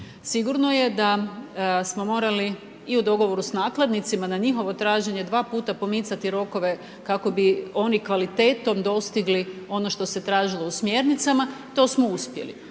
sigurno da smo morali i u dogovoru s nakladnicima, na njihovo traženje, 2 puta pomicati rokove, kako bi oni kvalitetom dostigli, ono što se tražilo u smjernicama, to smo uspjeli.